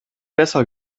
besser